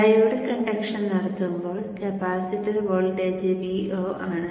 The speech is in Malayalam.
ഡയോഡ് കണ്ടക്ഷൻ നടത്തുമ്പോൾ കപ്പാസിറ്റർ വോൾട്ടേജ് Vo ആണ്